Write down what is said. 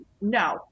no